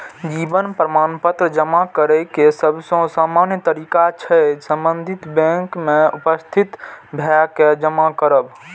जीवन प्रमाण पत्र जमा करै के सबसे सामान्य तरीका छै संबंधित बैंक में उपस्थित भए के जमा करब